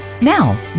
Now